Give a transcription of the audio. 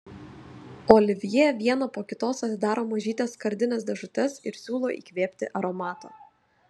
olivjė vieną po kitos atidaro mažytes skardines dėžutes ir siūlo įkvėpti aromato